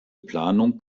planung